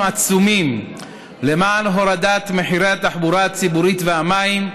עצומים למען הורדת מחירי התחבורה הציבורית והמים,